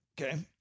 Okay